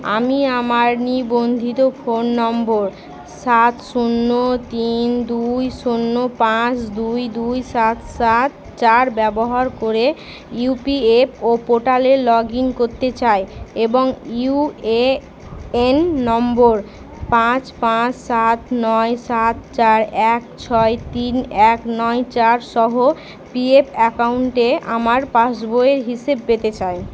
আমি আমার নিবন্ধিত ফোন নম্বর সাত শূন্য তিন দুই শূন্য পাঁচ দুই দুই সাত সাত চার ব্যবহার করে ইউপিএফও পোর্টালে লগ ইন করতে চাই এবং ইউএএন নম্বর পাঁচ পাঁচ সাত নয় সাত চার এক ছয় তিন এক নয় চার সহ পিএফ অ্যাকাউন্টে আমার পাসবইয়ের হিসেব পেতে চাই